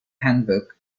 handbook